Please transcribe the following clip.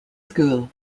school